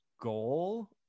goal